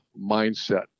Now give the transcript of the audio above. mindset